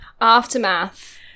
Aftermath